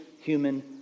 human